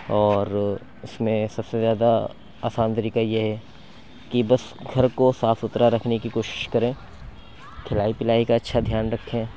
اور اِس میں سب سے زیادہ آسان طریقہ یہ ہے کہ بس گھر کو صاف سُتھرا رکھنے کی کوشش کریں کھلائی پلائی کا اچھا دھیان رکھیں